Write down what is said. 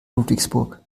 ludwigsburg